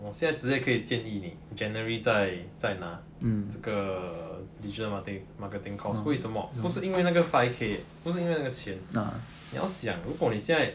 我现在直接可以建议你 january 再再拿这个 digital marketing marketing course 为什么不是因为那个 five K eh 不是因为那个钱你要想如果你现在